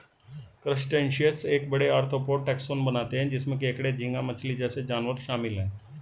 crustaceans एक बड़े, arthropod taxon बनाते हैं जिसमें केकड़े, झींगा मछली जैसे जानवर शामिल हैं